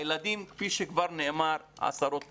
הילדים כפי שכבר נאמר עשרות פעמים,